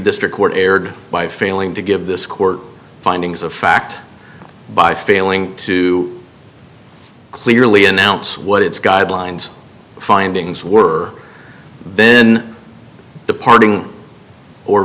district court erred by failing to give this court findings of fact by failing to clearly announce what its guidelines findings were then departing or